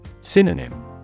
Synonym